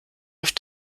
auf